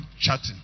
chatting